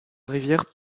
rivière